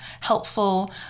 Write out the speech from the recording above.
helpful